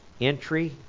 entry